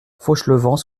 fauchelevent